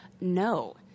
no